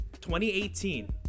2018